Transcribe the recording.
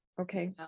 okay